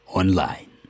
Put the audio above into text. online